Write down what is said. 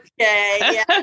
okay